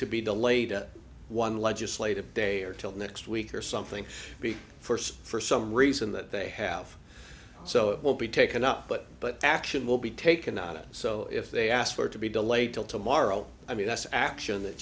to be delayed one legislative day or till next week or something big first for some reason that they have so it will be taken up but but action will be taken on it so if they ask for it to be delayed till tomorrow i mean that's action that